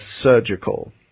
Surgical